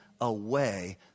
away